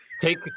Take